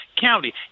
county